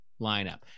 lineup